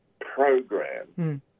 program